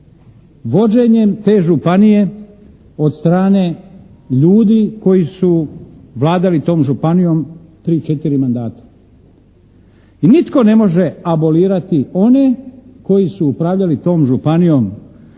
vođenjem te županije od strane ljudi koji su vladali tom županijom tri, četiri mandata. I nitko ne može abolirati one koji su upravljali tom županijom